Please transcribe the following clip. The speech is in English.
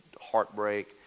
heartbreak